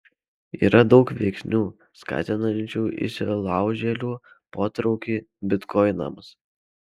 yra daug veiksnių skatinančių įsilaužėlių potraukį bitkoinams